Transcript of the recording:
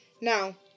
now